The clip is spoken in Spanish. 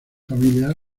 familia